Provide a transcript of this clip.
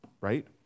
right